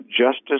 justice